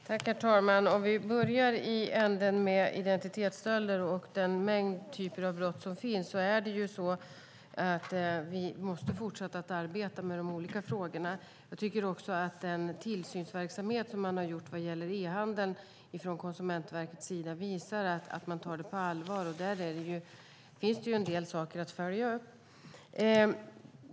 Herr talman! Om vi börjar i änden med identitetsstölder och den typen av brott måste vi fortsätta att arbeta med de olika frågorna. Jag tycker också att den tillsynsverksamhet som Konsumentverket har gjort när det gäller e-handeln visar att man tar det på allvar, och där finns det en del saker att följa upp.